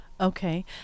Okay